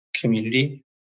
community